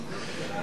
כמובן,